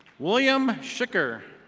william shicker.